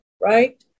Right